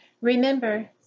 Remember